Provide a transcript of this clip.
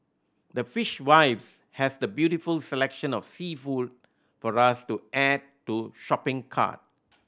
the Fishwives has the beautiful selection of seafood for us to add to shopping cart